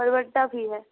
बरबट्टा भी है